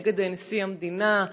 נגד נשיא המדינה,